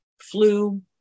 flu